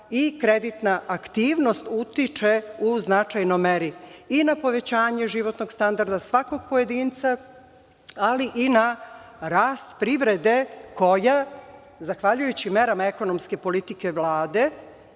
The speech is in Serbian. i kreditna aktivnost utiče u značajnoj meri i na povećanje životnog standarda svakog pojedinca, ali i na rast privrede, koja zahvaljujući merama ekonomske politike Vlade